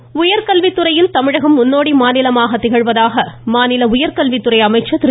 ஆன்பழகன் உயர்கல்வித்துறையில் தமிழகம் முன்னோடி மாநிலமாக திகழ்வதாக மாநில உயர்கல்வித்துறை அமைச்சர் திரு